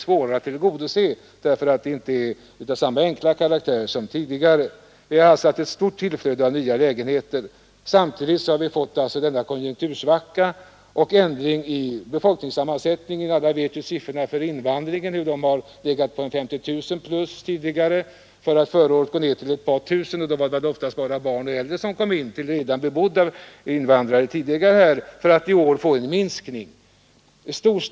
Samtidigt med det stora tillflödet av nya lägenheter har vi fått en konjunktursvacka och en förändring av befolkningssammansättningen. Alla känner ju till siffrorna för invandrarna. De har legat på omkring plus 50 000 tidigare för att förra året gå ned till ett par tusen, då oftast barn och äldre som kom hit för att förena sig med invandrare som redan fanns här, och i år visa minskning.